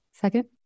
Second